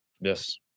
Yes